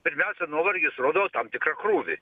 pirmiausia nuovargis rodo tam tikrą krūvį